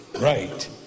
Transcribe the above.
right